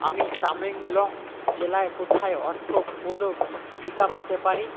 আমি তামেংলং জেলায় কোথায় অর্থ টিকা পেতে পারি